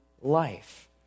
life